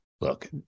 look –